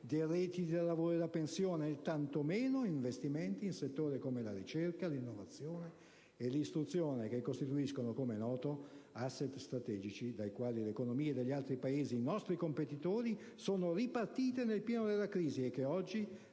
dei redditi da lavoro e da pensione, né tanto meno investimenti in settori come la ricerca, l'innovazione e l'istruzione che costituiscono, come è noto, *asset* strategici dai quali le economie degli altri Paesi nostri competitori sono ripartite nel pieno della crisi e che oggi